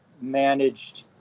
managed